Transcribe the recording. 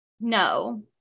no